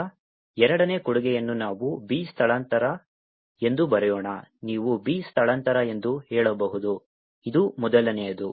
ಈಗ ಎರಡನೇ ಕೊಡುಗೆಯನ್ನು ನಾವು B ಸ್ಥಳಾಂತರ ಎಂದು ಬರೆಯೋಣ ನೀವು B ಸ್ಥಳಾಂತರ ಎಂದು ಹೇಳಬಹುದು ಇದು ಮೊದಲನೆಯದು